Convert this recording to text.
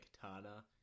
katana